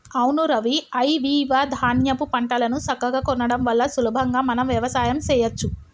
అవును రవి ఐవివ ధాన్యాపు పంటలను సక్కగా కొనడం వల్ల సులభంగా మనం వ్యవసాయం సెయ్యచ్చు